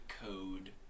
code